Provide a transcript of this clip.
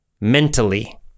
mentally